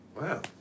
Wow